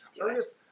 Ernest